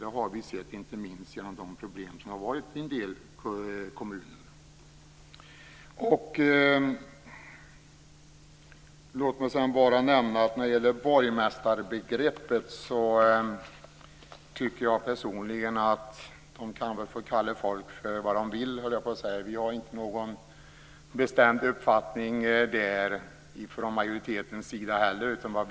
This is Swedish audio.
Det har vi sett inte minst genom de problem som varit i en del kommuner. Låt mig så nämna angående borgmästarbegreppet att jag personligen tycker att man får väl kalla ordföranden vad man vill. Vi har inte någon bestämd uppfattning där från majoritetens sida.